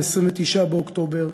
29 באוקטובר,